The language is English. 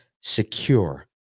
secure